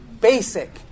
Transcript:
basic